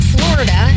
Florida